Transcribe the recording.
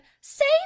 Save